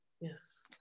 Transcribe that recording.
Yes